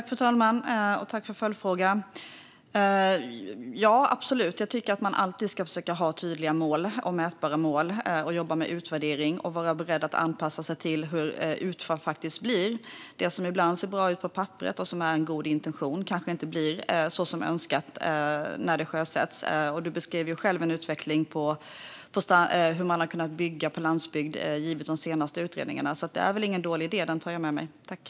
Fru talman! Ja, jag tycker absolut att man alltid ska försöka ha tydliga och mätbara mål, jobba med utvärdering och vara beredd att anpassa sig till hur utfall blir. Det som ibland ser bra ut på papperet och som är en god intention blir kanske inte så som man önskade när det sjösattes. Du beskrev själv utvecklingen för möjligheterna att bygga på landsbygd efter de senaste utredningarna, Staffan Eklöf. Det var ingen dålig idé. Jag tar med mig den.